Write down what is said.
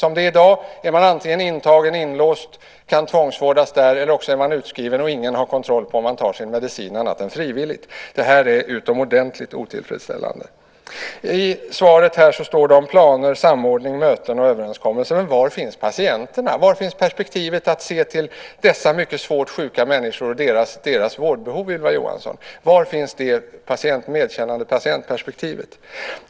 Som det är i dag är man antingen intagen, inlåst och kan tvångsvårdas där eller så är man utskriven och ingen har kontroll på om man tar sin medicin annat än frivilligt. Det är utomordentligt otillfredsställande. I svaret står det om planer, samordning, möten och överenskommelser. Men var finns patienterna? Var finns perspektivet att se till dessa mycket svårt sjuka människor och deras vårdbehov, Ylva Johansson? Var finns det medkännande patientperspektivet?